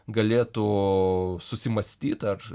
galėtų susimąstyt ar